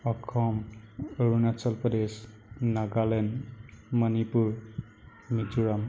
Assam Arunachal Pradesh Nagaland Manipur Mizoram